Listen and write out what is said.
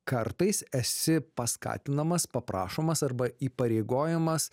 kartais esi paskatinamas paprašomas arba įpareigojamas